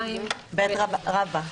2ב רבא.